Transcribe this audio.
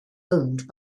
owned